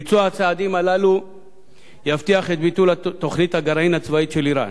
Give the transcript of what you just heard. ביצוע הצעדים הללו יבטיח את ביטול תוכנית הגרעין הצבאית של אירן.